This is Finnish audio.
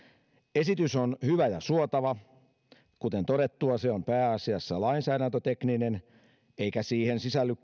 esitys on hyvä ja suotava kuten todettua se on pääasiassa lainsäädäntötekninen eikä siihen sisälly